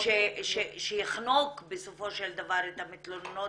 שיחנוק בסופו של דבר את המתלוננות